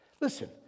Listen